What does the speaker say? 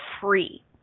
free